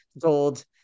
gold